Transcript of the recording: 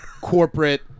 corporate